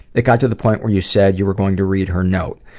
it got to the point where you said you were going to read her note.